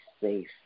safe